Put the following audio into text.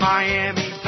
Miami